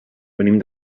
venim